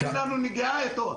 אין לנו נגיעה איתו,